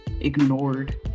ignored